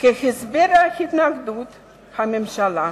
כהסבר להתנהגות הממשלה.